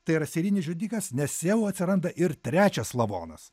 tai yra serijinis žudikas nes jau atsiranda ir trečias lavonas